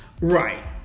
Right